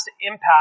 impact